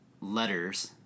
letters